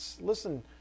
Listen